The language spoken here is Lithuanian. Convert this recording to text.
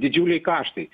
didžiuliai kaštai